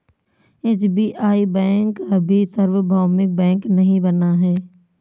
SBI bank अभी सार्वभौमिक bank नहीं बना है